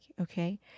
okay